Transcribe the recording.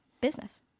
business